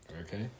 okay